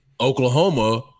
oklahoma